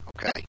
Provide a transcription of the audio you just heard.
okay